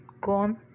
gone